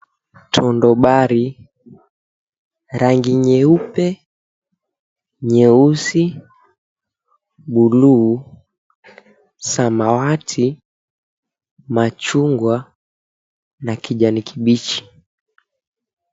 Chondo bari. Rangi nyeupe, nyeusi, buluu, samawati, machungwa, na kijanikibichi.